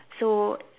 so